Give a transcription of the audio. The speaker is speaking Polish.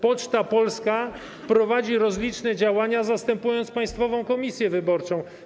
Poczta Polska prowadzi rozliczne działania, zastępując Państwową Komisję Wyborczą.